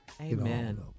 Amen